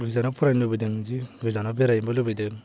गोजानाव फरायनो लुबैदों जि गोजानाव बेरायनोबो लुबैदों